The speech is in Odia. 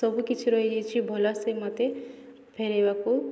ସବୁକିଛି ରହିଯାଇଛି ଭଲସେ ମୋତେ ଫେରେଇବାକୁ